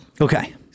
Okay